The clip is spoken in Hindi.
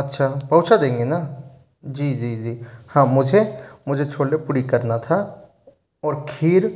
अच्छा पहुँचा देंगे न जी जी जी हाँ मुझे मुझे छोले पूड़ी करना था और खीर